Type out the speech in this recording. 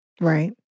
Right